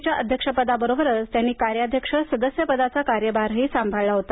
च्या अध्यक्ष पदाबरोबरच त्यांनी कार्याध्यक्ष सदस्य पदाचा कार्यभारही सांभाळला होता